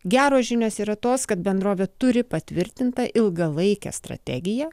geros žinios yra tos kad bendrovė turi patvirtintą ilgalaikę strategiją